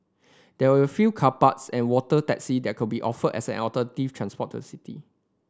there will fewer car parks and water taxi that could be offered as an alternative transport to city